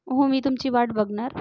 हो मी तुमची वाट बघणार